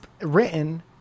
written